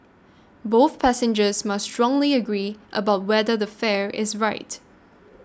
both passengers must strongly agree about whether the fare is right